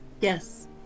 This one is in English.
Yes